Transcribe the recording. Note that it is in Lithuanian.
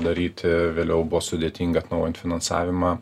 daryti vėliau buvo sudėtinga atnaujint finansavimą